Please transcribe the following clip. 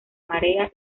marea